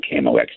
KMOX